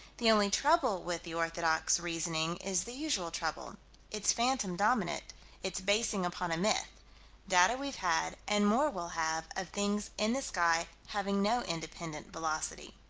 the only trouble with the orthodox reasoning is the usual trouble its phantom-dominant its basing upon a myth data we've had, and more we'll have, of things in the sky having no independent velocity.